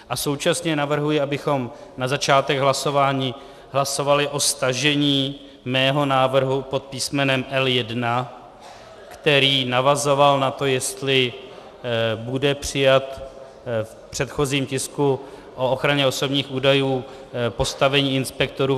A současně navrhuji, abychom na začátek hlasování hlasovali o stažení mého návrhu pod písmenem L1, který navazoval na to, jestli bude přijat v předchozím tisku o ochraně osobních údajů postavení inspektorů.